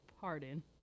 Pardon